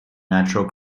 natural